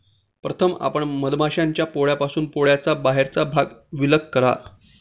प्रथम आपण मधमाश्यांच्या पोळ्यापासून पोळ्याचा बाहेरचा भाग विलग करा